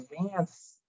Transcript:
advance